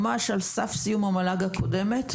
ממש על סף סיום המל"ג הקודמת,